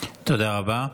תודה רבה.